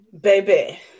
baby